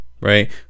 right